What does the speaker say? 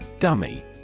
Dummy